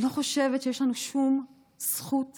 אני לא חושבת שיש לנו זכות כלשהי,